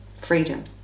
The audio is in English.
freedom